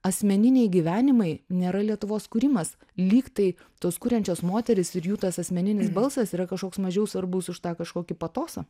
asmeniniai gyvenimai nėra lietuvos kūrimas lyg tai tos kuriančios moterys ir jų tas asmeninis balsas yra kažkoks mažiau svarbus už tą kažkokį patosą